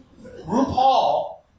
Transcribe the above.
RuPaul